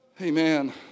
Amen